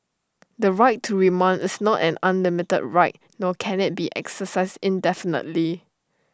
the right to remand is not an unlimited right nor can IT be exercised indefinitely